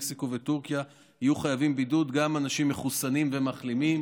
מקסיקו וטורקיה יהיו חייבים בבידוד גם אנשים מחוסנים ומחלימים,